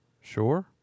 Sure